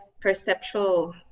perceptual